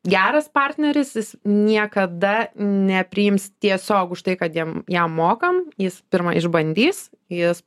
geras partneris jis niekada nepriims tiesiog už tai kad jiem jam mokam jis pirma išbandys jis